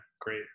great